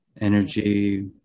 energy